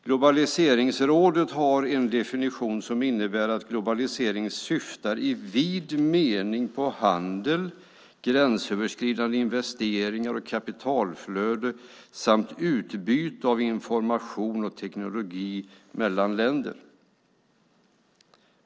Globaliseringsrådet har en definition som innebär: "Globalisering syftar i vid mening på handel, gränsöverskridande investeringar och kapitalflöden samt utbyte av information och teknologi mellan länder."